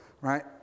right